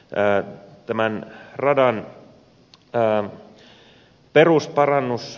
tämän radan perusparannus on välttämätön